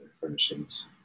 furnishings